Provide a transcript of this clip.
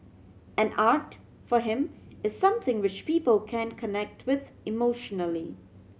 and art for him is something which people can connect with emotionally